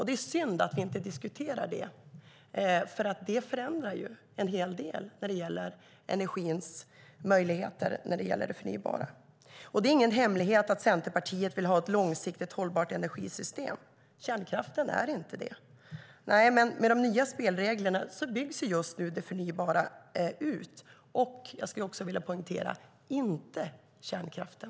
Det är synd att vi inte diskuterar det, för det förändrar en hel del av energins möjligheter vad gäller det förnybara. Det är ingen hemlighet att Centerpartiet vill ha ett långsiktigt hållbart energisystem. Kärnkraften är inte det. Med de nya spelreglerna byggs det förnybara ut, inte - det vill jag poängtera - kärnkraften.